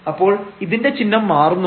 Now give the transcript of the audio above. അപ്പോൾ ഇതിന്റെ ചിഹ്നം മാറുന്നുണ്ട്